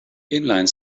inline